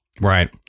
Right